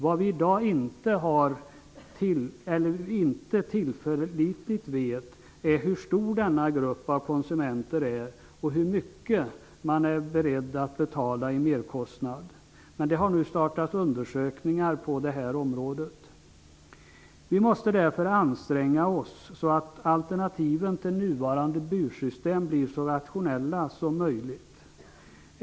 Vad vi i dag inte tillförlitligt vet är hur stor denna grupp konsumenter är och hur mycket mer man är beredd att betala. Undersökningar har nu startats på detta område. Vi måste därför anstränga oss så att alternativen till nuvarande bursystem blir så rationella som möjligt.